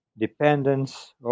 dependence